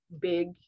big